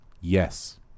Yes